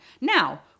Now